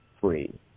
free